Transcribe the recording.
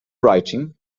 writing